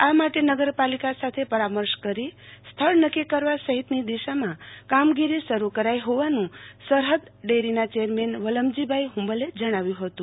આ માટે નગરપાલિકા સાથે પરામર્શ કરી સ્થળ નક્કી કરવા સહિતની દિશામાં કામગીરી શરૂ કરાઈ હોવાનું સરહદ ડેરીના ચેરમેન વલમજીભાઈ હુંબે જણાવ્યું હતું